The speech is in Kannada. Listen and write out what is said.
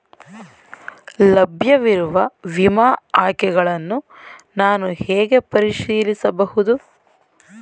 ಲಭ್ಯವಿರುವ ವಿಮಾ ಆಯ್ಕೆಗಳನ್ನು ನಾನು ಹೇಗೆ ಪರಿಶೀಲಿಸಬಹುದು?